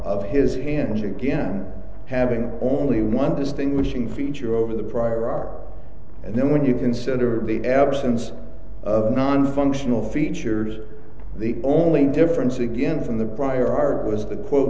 of his hands again having only one distinguishing feature over the prior art and then and you consider the absence of nonfunctional features the only difference again from the prior art was the quote